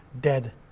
dead